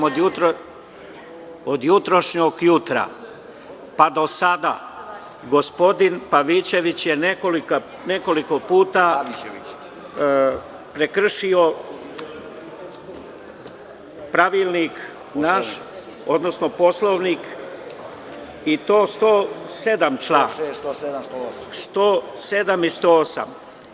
Od jutrošnjeg jutra pa do sada gospodin Pavićević je nekoliko puta prekršio pravilnik naš, odnosno Poslovnik i to čl. 107. i 108.